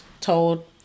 told